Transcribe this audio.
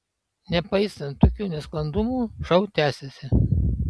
nepaisant tokių nesklandumų šou tęsėsi